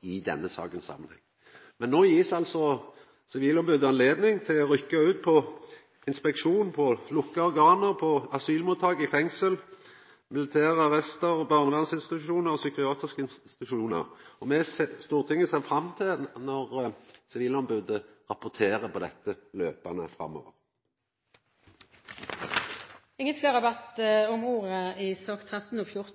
med denne saka. Men no blir Sivilombodsmannen gjeve anledning til å rykkja ut på inspeksjon i lukka organ: på asylmottak, i fengsel, i militære arrestar, barnevernsinstitusjonar og psykiatriske institusjonar. Stortinget ser fram til når Sivilombodsmannen etter kvart rapporterer om dette framover. Flere har ikke bedt om ordet til sakene nr.